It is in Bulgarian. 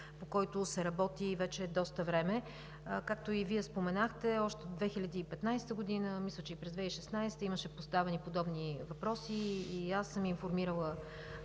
по който се работи вече доста време. Както и Вие споменахте, още 2015 г., мисля, че и през 2016 г. имаше поставени подобни въпроси, и аз съм информирала